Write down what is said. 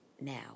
now